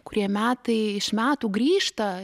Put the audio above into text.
kurie metai iš metų grįžta